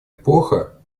эпоха